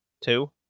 two